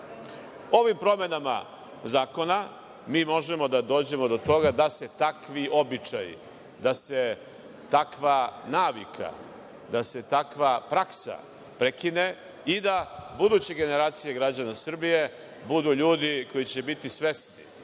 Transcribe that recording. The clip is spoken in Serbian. promenama zakona mi možemo da dođemo do toga da se takvi običaji, da se takva navika, da se takva praksa prekine i da buduće generacije Srbije budu ljudi koji će biti svesni,